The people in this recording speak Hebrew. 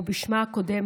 ובשמה הקודם,